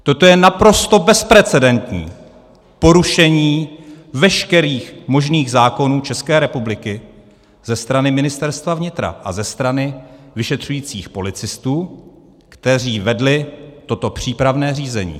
Toto je naprosto bezprecedentní porušení veškerých možných zákonů České republiky ze strany Ministerstva vnitra a ze strany vyšetřujících policistů, kteří toto přípravné řízení vedli.